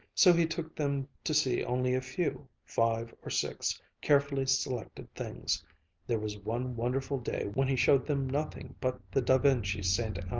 so he took them to see only a few, five or six, carefully selected things there was one wonderful day when he showed them nothing but the da vinci saint anne,